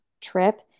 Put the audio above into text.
trip